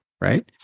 right